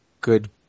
good